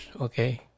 okay